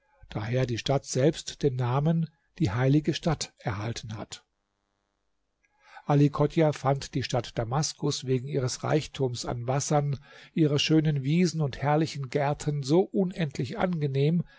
daher die stadt selbst den namen die heilige stadt erhalten hat ali chodjah fand die stadt damaskus wegen ihres reichtums an wassern ihrer schönen wiesen und herrlichen gärten so unendlich angenehm